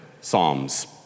psalms